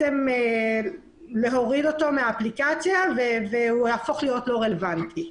להוריד אותו מהאפליקציה ולהפוך אותו ללא רלוונטי.